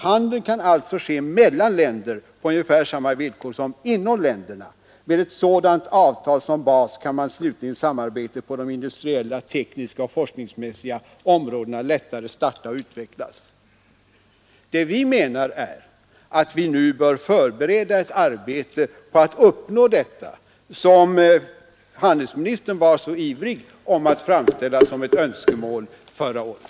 Handeln kan alltså ske mellan länder på ungefär samma villkor som inom länderna Med ett sådant avtal som bas kan slutligen samarbetet på de industriella, tekniska och forskningsmässiga områdena lättare starta och utvecklas.” Det vi menar är att man nu bör förbereda ett arbete för att uppnå det som handelsministern var så ivrig att framställa som ett förhandlingsmål förra året.